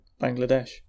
Bangladesh